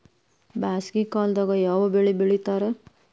ಬ್ಯಾಸಗಿ ಕಾಲದಾಗ ಯಾವ ಬೆಳಿ ಬೆಳಿತಾರ?